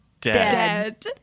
dead